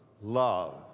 love